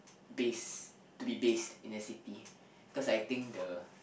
base to be based in a city cause I think the